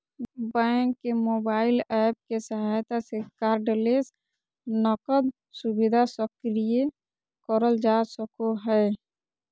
bank के mobile app के सहायता से कार्डलेस नकद सुविधा सक्रिय करल जा सको हय